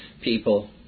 people